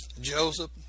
Joseph